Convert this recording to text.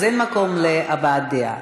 אז אין מקום להבעת דעה.